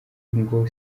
ngo